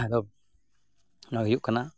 ᱟᱫᱚ ᱚᱱᱟᱜᱮ ᱦᱩᱭᱩᱜ ᱠᱟᱱᱟ